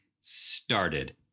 started